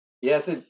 Yes